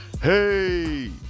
Hey